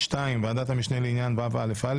(2)ועדת המשנה לענייני וא״א,